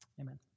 Amen